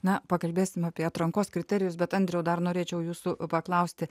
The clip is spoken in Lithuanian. na pakalbėsim apie atrankos kriterijus bet andriau dar norėčiau jūsų paklausti